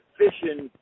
fishing